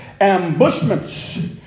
ambushments